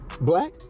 Black